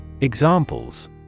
Examples